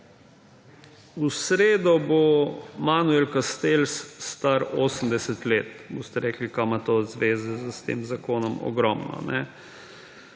V sredo bo Manuel Castells star 80 let. Boste rekli, kaj ima to zveze s tem zakonom. Ogromno.